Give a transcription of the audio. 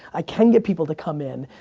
i can get people to come in,